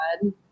god